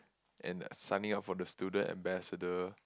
and signing up for the student ambassador